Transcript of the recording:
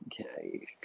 Okay